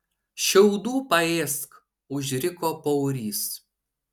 šiaudų paėsk užriko paurys